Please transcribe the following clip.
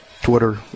Twitter